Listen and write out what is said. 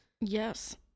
Yes